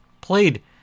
played